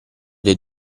dei